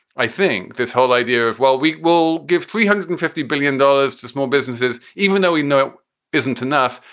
i think, this whole idea of, well, we will give three hundred and fifty billion dollars to small businesses, even though we know it isn't enough,